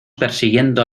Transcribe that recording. persiguiendo